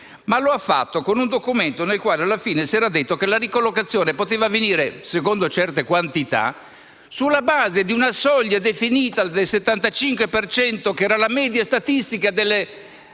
ma lo ha fatto con un documento nel quale alla fine si era detto che la ricollocazione poteva avvenire, secondo certe quantità, sulla base di una soglia definita del 75 per cento, che era la media statistica